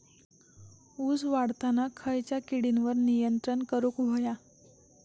ऊस वाढताना खयच्या किडींवर नियंत्रण करुक व्हया?